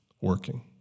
working